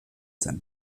zen